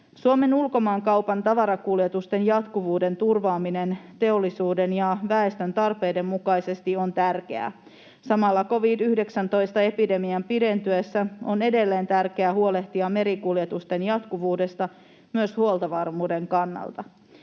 Suomen ulkomaankaupan tavarakuljetusten jatkuvuuden turvaaminen teollisuuden ja väestön tarpeiden mukaisesti on tärkeää. Samalla covid-19-epidemian pidentyessä on edelleen tärkeää huolehtia merikuljetusten jatkuvuudesta myös huoltovarmuuden kannalta.